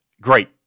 Great